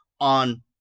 on